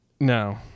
No